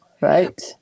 right